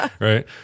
right